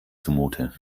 zumute